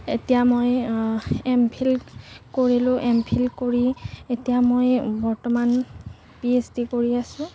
এতিয়া মই এমফিল কৰিলোঁ এমফিল কৰি এতিয়া মই বৰ্তমান পি এইচ ডি কৰি আছোঁ